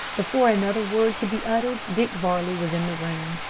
before another word could be uttered, dick varley was in the room.